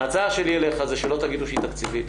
ההצעה שלי אליך היא שלא תגידו שהיא תקציבית.